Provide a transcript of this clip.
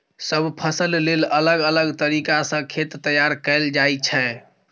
सब फसल लेल अलग अलग तरीका सँ खेत तैयार कएल जाइ छै